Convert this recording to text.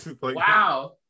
Wow